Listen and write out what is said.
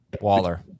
Waller